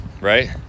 right